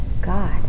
God